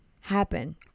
happen